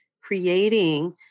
creating